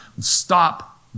Stop